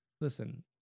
listen